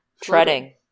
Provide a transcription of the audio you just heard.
Treading